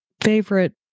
favorite